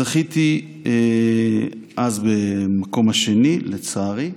זכיתי אז במקום השני, לצערי,